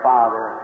Father